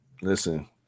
listen